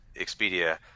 Expedia